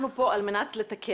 אנחנו פה על מנת לתקן.